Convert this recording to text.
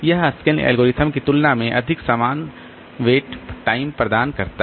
यह SCAN algorithm की तुलना में अधिक समान वेट टाइम प्रदान करता है